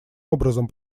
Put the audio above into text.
образом